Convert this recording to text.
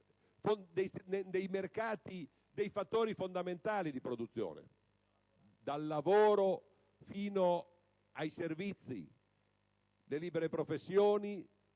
dei mercati e dei fattori fondamentali di produzione, dal lavoro fino ai servizi, alle libere professioni,